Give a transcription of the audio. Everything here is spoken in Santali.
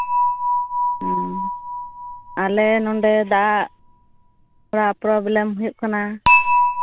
ᱟᱞᱮ ᱱᱚᱸᱰᱮ ᱫᱟᱜ ᱯᱨᱚᱵᱞᱮᱢ ᱦᱩᱭᱩᱜ ᱠᱟᱱᱟ